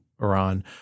Iran –